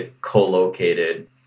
co-located